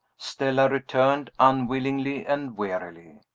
stella returned unwillingly and wearily.